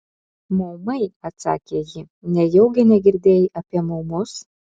maumai atsakė ji nejaugi negirdėjai apie maumus